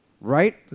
right